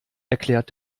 erklärt